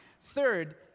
Third